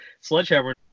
sledgehammer